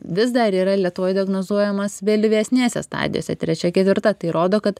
vis dar yra lietuvoj diagnozuojamas vėlyvesnėse stadijose trečia ketvirta tai rodo kad